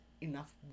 enough